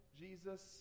Jesus